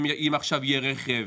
אם עכשיו יהיה רכב